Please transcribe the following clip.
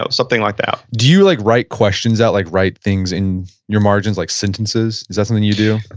so something like that do you like write questions out, like write things in your margins, like sentences? is that something you do?